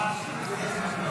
הצבעה.